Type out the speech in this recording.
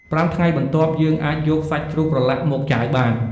៥ថ្ងៃបន្ទាប់ យើងអាចយកសាច់ជ្រូកប្រឡាក់មកចាវបាន។